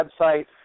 website